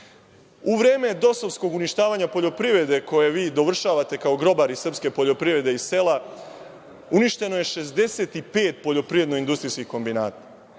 vreme DOS-ovskog uništavanja poljoprivede, koje vi dovršavate, kao grobari srpske poljoprivede i sela, uništeno je 65 poljoprivedno-industrijskih kombinata.